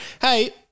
hey